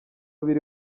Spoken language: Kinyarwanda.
biri